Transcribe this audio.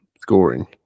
scoring